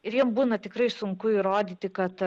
ir jiems būna tikrai sunku įrodyti kad